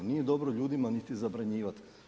Nije dobro ljudima niti zabranjivati.